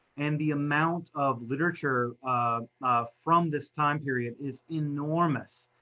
and the amount of literature from this time period is enormous.